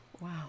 Wow